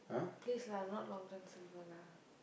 please lah not Long-John-Silver lah